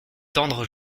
tendre